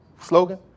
slogan